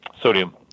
sodium